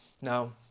now